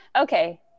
okay